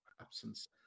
absence